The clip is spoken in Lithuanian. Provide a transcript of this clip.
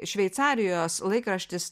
šveicarijos laikraštis